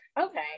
Okay